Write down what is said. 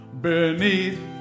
beneath